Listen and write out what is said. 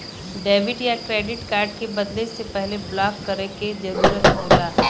debit या credit card के बदले से पहले ब्लॉक करे क जरुरत होला